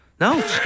No